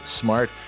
smart